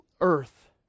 earth